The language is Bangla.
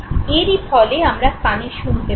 এরই ফলে আমরা কানে শুনতে পাই